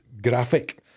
graphic